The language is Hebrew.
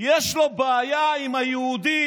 יש לו בעיה עם היהודי